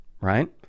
right